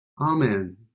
Amen